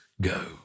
go